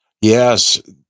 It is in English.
Yes